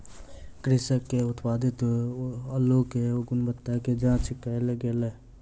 कृषक के उत्पादित अल्लु के गुणवत्ता के जांच कएल गेल